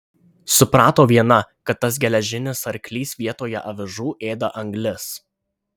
suprato viena kad tas geležinis arklys vietoje avižų ėda anglis